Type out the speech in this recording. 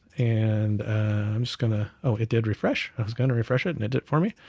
and i'm just gonna oh, it did refresh. i was gonna refresh it, and it did for me.